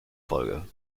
folge